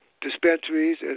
dispensaries